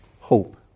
hope